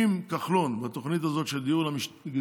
אם אצל כחלון, בתוכנית הזאת של דיור למשתכן,